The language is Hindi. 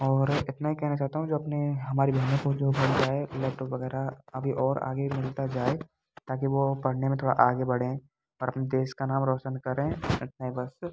और इतना ही कहना चाहता हूँ जो आपने हमारी बहनों को जो है लैपटॉप वगैरह अभी और आगे मिलता जाए ताकि वह पढ़ने में थोड़ा आगे बढ़ें और अपने देश का नाम रौशन करें इतना ही बस